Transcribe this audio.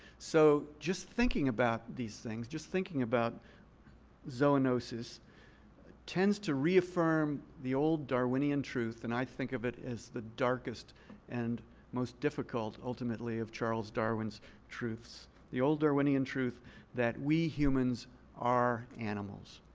so just thinking about these things, just thinking about zoonosis tends to reaffirm the old darwinian truth and i think of it as the darkest and most difficult ultimately of charles darwin's truths the old darwinian truth that we humans are animals.